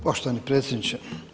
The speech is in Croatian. Poštovani predsjedniče.